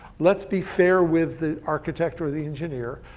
let's be fair with the architect or the engineer.